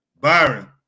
Byron